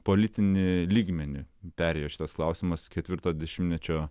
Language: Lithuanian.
politinį lygmenį perėjo šitas klausimas ketvirto dešimtmečio